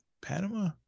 Panama